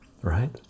Right